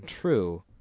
true